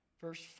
Verse